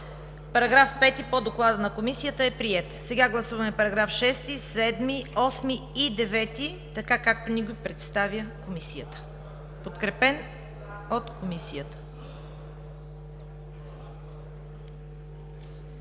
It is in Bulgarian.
Параграф 5 по Доклада на Комисията е приет. Моля да гласуваме параграфи 6, 7, 8 и 9, както ни ги представя Комисията, подкрепени от същата.